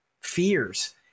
fears